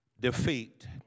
defeat